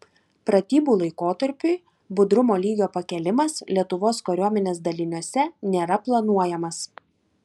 pratybų laikotarpiui budrumo lygio pakėlimas lietuvos kariuomenės daliniuose nėra planuojamas